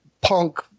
punk